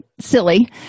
silly